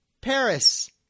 Paris